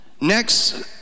next